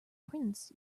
prince